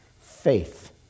Faith